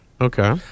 Okay